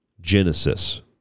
genesis